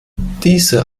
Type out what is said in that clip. diese